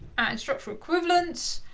and structural equivalence,